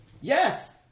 Yes